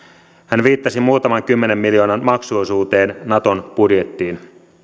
hän viittasi muutaman kymmenen miljoonan maksuosuuteen naton budjetista